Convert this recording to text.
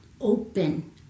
open